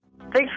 Thanks